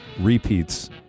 repeats